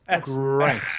great